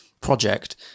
project